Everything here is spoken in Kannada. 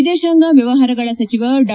ವಿದೇಶಾಂಗ ವ್ಯವಹಾರಗಳ ಸಚಿವ ಡಾ